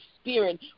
spirit